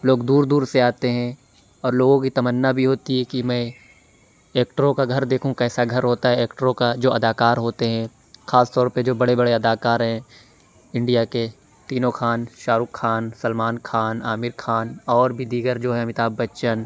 لوگ دور دور سے آتے ہیں اور لوگوں کی تمنا بھی ہوتی ہے کہ میں ایکٹروں کا گھر دیکھوں کیسا گھر ہوتا ہے ایکٹروں کا جو ادا کار ہوتے ہیں خاص طور پہ جو بڑے بڑے ادا کار ہیں انڈیا کے تینوں خان شاہ رخ خان سلمان خان عامر خان اور بھی دیگر جو ہیں امیتابھ بچن